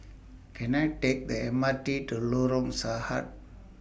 Can I Take The M R T to Lorong Sarhad